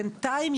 בינתיים,